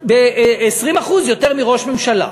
ב-20% יותר מראש ממשלה.